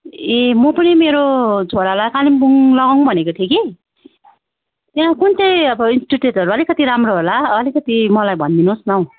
ए म पनि मेरो छोरालाई कालिम्पोङ लगाउँ भनेको थिएँ कि त्यहाँ कुन चाहिँ अब इन्स्टिट्युटहरू अलिकति राम्रो होला अलिकति मलाई भनिदिनु होस् न हो